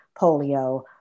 polio